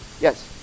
Yes